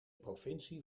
provincie